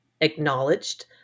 acknowledged